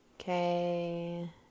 Okay